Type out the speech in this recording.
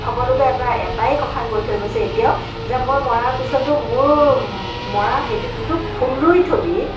সকলোকে এটা এটাই কথা কৈ থৈ গৈছে এতিয়াও যে মই মৰাৰ পিছতো মোৰ মৰা ভেটিটোতো ফুল ৰুই থবি